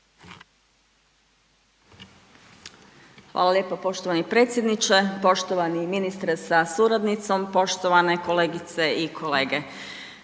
Hvala lijepa poštovani predsjedniče. Poštovani ministre sa suradnicom, poštovane kolegice i kolege,